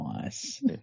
Nice